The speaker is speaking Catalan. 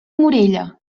morella